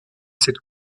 cette